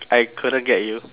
I couldn't get you